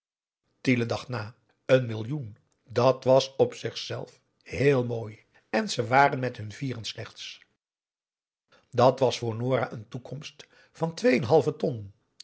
tiele dacht na een millioen dat was op zichzelf heel mooi en ze waren met hun vieren slechts dat was voor nora een toekomst van twee en